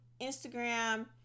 instagram